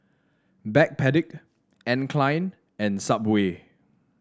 Backpedic Anne Klein and Subway